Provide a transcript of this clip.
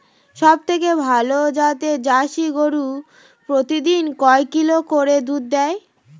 সবথেকে ভালো জাতের জার্সি গরু প্রতিদিন কয় লিটার করে দুধ দেয়?